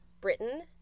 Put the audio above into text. Britain